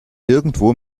irgendwo